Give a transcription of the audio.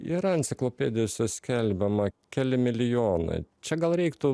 yra enciklopedijose skelbiama keli milijonai čia gal reiktų